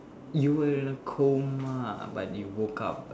you were in a coma but you woke up